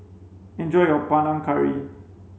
enjoy your Panang Curry